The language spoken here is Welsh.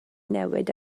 newid